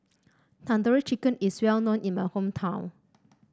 Tandoori Chicken is well known in my hometown